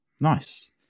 Nice